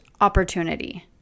opportunity